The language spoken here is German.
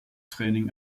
training